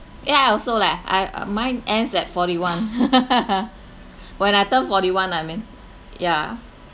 yeah I also leh I mine ends at forty one when I turn forty one I mean yeah